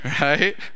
Right